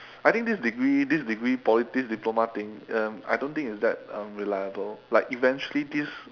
I think this degree this degree poly this diploma thing um I don't think is that um reliable like eventually this